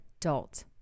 adult